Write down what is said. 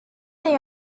they